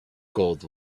gold